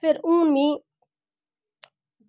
ते फिर हून मिगी